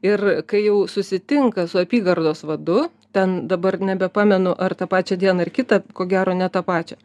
ir kai jau susitinka su apygardos vadu ten dabar nebepamenu ar tą pačią dieną ar kitą ko gero ne tą pačią